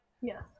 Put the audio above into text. Yes